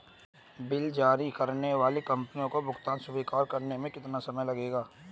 Bill जारी करने वाली कंपनी को भुगतान स्वीकार करने में कितना समय लगेगा?